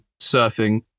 surfing